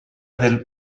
del